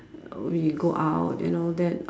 we go out you know then uh